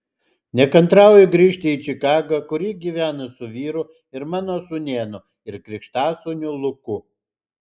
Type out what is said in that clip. nekantrauju grįžti į čikagą kur ji gyvena su vyru ir mano sūnėnu ir krikštasūniu luku